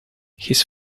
his